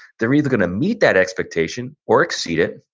they're either going to meet that expectation or exceed it,